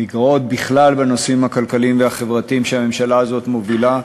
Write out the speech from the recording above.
המגרעות בכלל בנושאים הכלכליים והחברתיים שהממשלה הזאת מובילה.